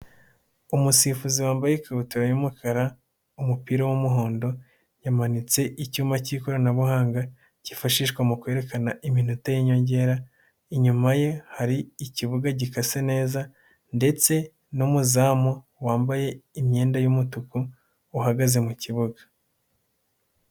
Umusifuzi wambaye ikabutura y'umukara, umupira w'umuhondo. Yamanitse icyuma cy'ikoranabuhanga, cyifashishwa mu kwerekana iminota y'inyongera. Inyuma ye, hari ikibuga gikase neza, ndetse n'umuzamu wambaye imyenda y'umutuku, uhagaze mu kibuga.